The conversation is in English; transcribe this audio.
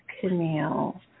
Camille